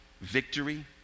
victory